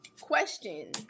question